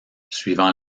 suivant